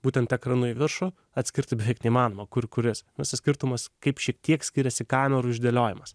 būtent ekranu į viršų atskirti beveik neįmanoma kur kuris visas skirtumas kaip šiek tiek skiriasi kamerų išdėliojimas